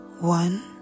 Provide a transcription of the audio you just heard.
One